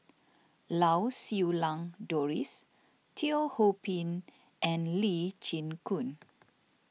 Lau Siew Lang Doris Teo Ho Pin and Lee Chin Koon